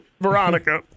Veronica